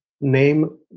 name